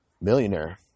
Millionaire